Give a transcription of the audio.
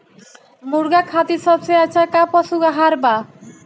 मुर्गा खातिर सबसे अच्छा का पशु आहार बा?